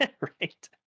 Right